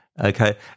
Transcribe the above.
okay